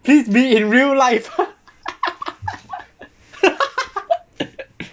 please be in real life